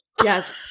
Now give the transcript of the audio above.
Yes